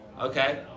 Okay